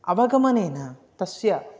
अवगमनेन तस्य